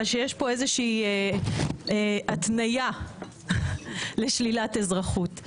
אבל שיש פה איזושהי התניה לשלילת אזרחות,